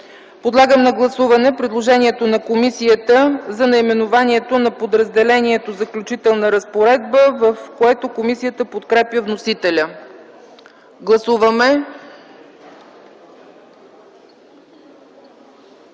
Подлагам на гласуване предложението на комисията за наименованието на подразделението „Заключителна разпоредба”, в което комисията подкрепя вносителя. Гласували